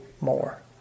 more